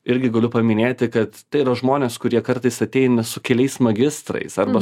irgi galiu paminėti kad tai yra žmonės kurie kartais ateina su keliais magistrais arba